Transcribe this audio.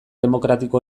demokratiko